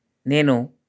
నేను